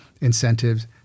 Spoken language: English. incentives